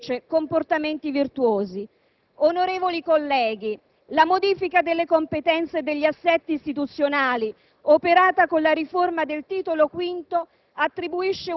oltre che tra quelle che hanno adottato comportamenti virtuosi, non si violi il principio di eguaglianza, o se possa essere considerato buon andamento della pubblica amministrazione